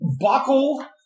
buckle